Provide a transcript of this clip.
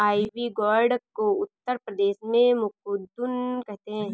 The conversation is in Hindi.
आईवी गौर्ड को उत्तर प्रदेश में कुद्रुन कहते हैं